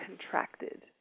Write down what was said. contracted